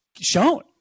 shown